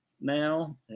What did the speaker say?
now